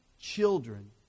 children